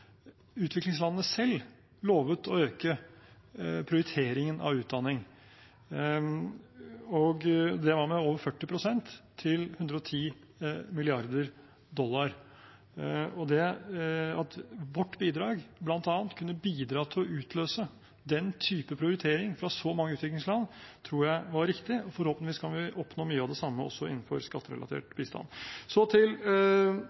utviklingslandene selv lovde å øke prioriteringen av utdanning med. Det var med over 40 pst., til 110 mrd. dollar. At bl.a. vårt bidrag kunne bidra til å utløse den type prioritering fra så mange utviklingsland, tror jeg var riktig. Forhåpentligvis kan vi oppnå mye av det samme også innenfor skatterelatert bistand. Så til